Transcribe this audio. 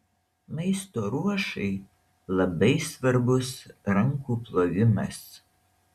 maisto ruošai labai svarbus rankų plovimas